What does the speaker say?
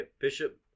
Bishop